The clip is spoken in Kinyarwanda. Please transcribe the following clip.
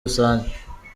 rusange